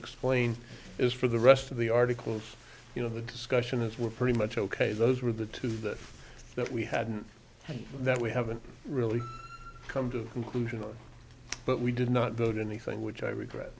explain is for the rest of the articles you know the discussion is we're pretty much ok those were the two that that we hadn't had that we haven't really come to conclusion on but we did not go to anything which i regret